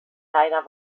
deiner